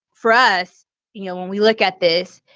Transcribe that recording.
for us you know when we look at this,